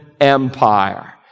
Empire